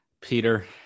Peter